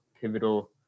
pivotal